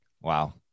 Wow